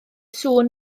sŵn